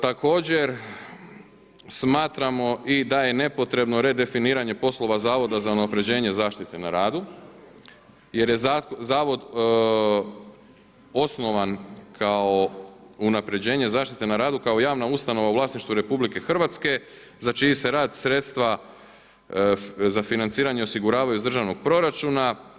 Također, smatramo i da je nepotrebno redefiniranje poslova Zavoda za unaprjeđenje zaštite na radu jer je zavod osnovan kao unaprjeđenje zaštite na radu kao javna ustanova u vlasništvu RH za čiji se rad sredstva za financiranje osiguravaju iz državnog proračuna.